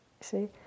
See